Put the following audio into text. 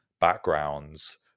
backgrounds